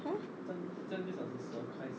!huh!